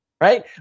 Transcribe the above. right